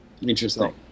Interesting